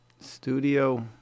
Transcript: Studio